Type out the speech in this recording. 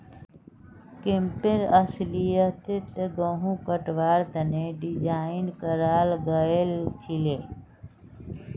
campaign अस्लियतत गहुम कटवार तने डिज़ाइन कराल गएल छीले